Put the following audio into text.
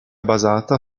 basata